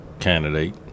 candidate